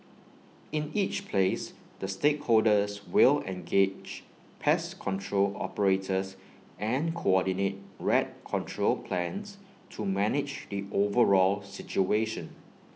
in each place the stakeholders will engage pest control operators and coordinate rat control plans to manage IT overall situation